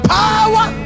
power